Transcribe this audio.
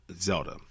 Zelda